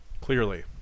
Clearly